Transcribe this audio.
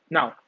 Now